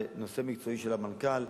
זה נושא מקצועי של המנכ"ל.